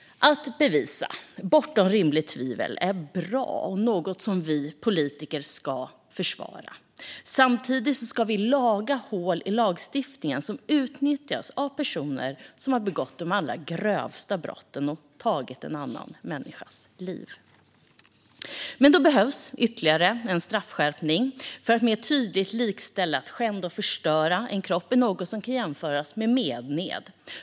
Att bevisa något bortom rimligt tvivel är bra och något som vi politiker ska försvara. Samtidigt ska vi laga hål i lagstiftningen som utnyttjas av personer som har begått det allra grövsta brottet och tagit en annan människas liv. Men då behövs ytterligare en straffskärpning för att mer tydligt likställa skändning av en kropp med mened.